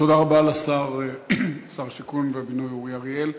תודה רבה לשר השיכון והבינוי אורי אריאל.